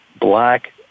black